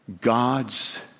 God's